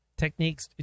techniques